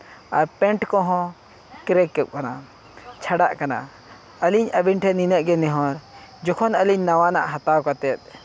ᱟᱨ pant ᱠᱚᱦᱚᱸ ᱠᱨᱮᱠᱚᱜ ᱠᱟᱱᱟ ᱪᱷᱟᱰᱟᱜ ᱠᱟᱱᱟ ᱟᱹᱞᱤᱧ ᱟᱹᱵᱤᱱ ᱴᱷᱮᱱ ᱱᱤᱱᱟᱹᱜ ᱜᱮ ᱱᱮᱦᱚᱨ ᱡᱚᱠᱷᱚᱱ ᱟᱹᱞᱤᱧ ᱱᱟᱣᱟᱱᱟᱜ ᱦᱟᱛᱟᱣ ᱠᱟᱛᱮᱫ